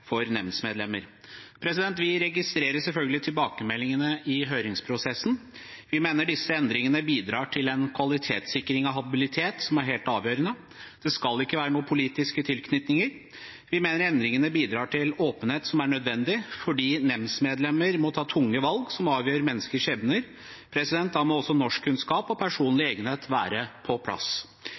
for nemndsmedlemmer. Vi registrerer selvfølgelig tilbakemeldingene i høringsprosessen. Vi mener disse endringene bidrar til en kvalitetssikring av habilitet som er helt avgjørende. Det skal ikke være noen politiske tilknytninger. Vi mener endringene bidrar til åpenhet, som er nødvendig fordi nemndsmedlemmer må ta tunge valg som avgjør menneskers skjebne. Da må også norskkunnskaper og personlig egnethet være på plass.